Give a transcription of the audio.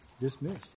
dismissed